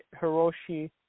Hiroshi